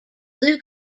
blue